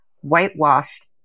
whitewashed